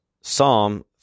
Psalm